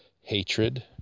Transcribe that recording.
hatred